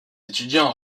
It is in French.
étudiants